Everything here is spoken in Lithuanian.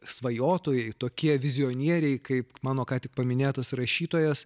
svajotojai tokie vizionieriai kaip mano ką tik paminėtas rašytojas